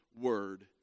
word